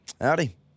Howdy